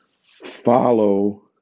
Follow